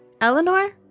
Eleanor